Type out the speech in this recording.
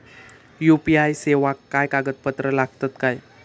UPI सेवाक काय कागदपत्र लागतत काय?